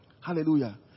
hallelujah